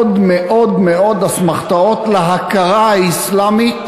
מאוד מאוד אסמכתאות להכרה האסאלמית